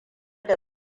da